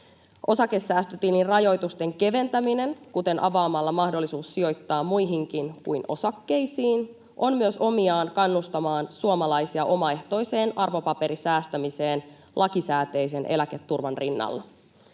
Osakesäästötilin rajoitusten keventäminen, kuten avaamalla mahdollisuus sijoittaa muihinkin kuin osakkeisiin, on myös omiaan kannustamaan suomalaisia omaehtoiseen arvopaperisäästämiseen lakisääteisen eläketurvan rinnalla.